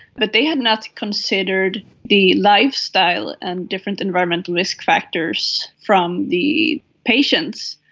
but they had not considered the lifestyle and different environmental risk factors from the patients,